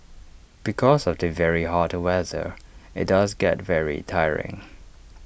because of the very hot weather IT does get very tiring